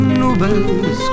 nubes